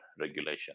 regulation